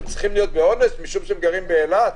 הם צריכים להיות בעונש משום שהם גרים באילת?